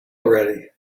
already